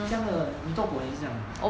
这样的你做狗也是这样的